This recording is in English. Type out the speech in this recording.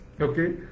okay